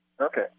Okay